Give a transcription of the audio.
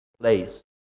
place